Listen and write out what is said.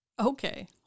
Okay